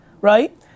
right